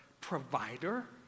provider